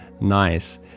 nice